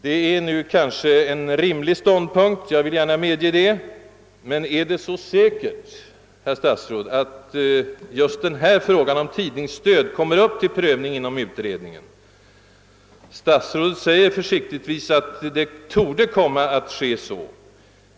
Det är kanske en rimlig ståndpunkt; jag vill gärna medge det. Men är det så säkert, herr statsråd, att just denna fråga om tidningsstöd kommer upp till prövning inom utredningen? Statsrådet säger försiktigtvis att så torde komma att ske.